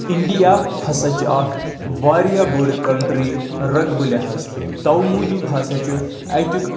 India ہسا چھُ اکھ واریاہ بٔڑ کنٹری رۄقبہٕ لحاظ تو موٗجوٗب ہسا چھُ اتیُک